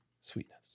Sweetness